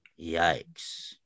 Yikes